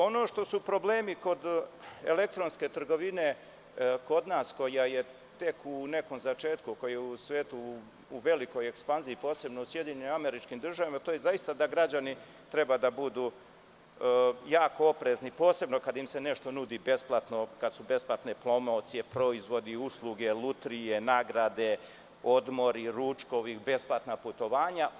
Ono što su problemi kod elektronske trgovine kod nas, koja je tek u nekom začetku, koja je u svetu u velikoj ekspanziji, posebno u SAD, to je zaista da građani treba da budu jako oprezni, posebno kad im se nešto nudi besplatno, kada su besplatne promocije, proizvodi, usluge, lutrije, nagrade, odmori, ručkovi, besplatna putovanja.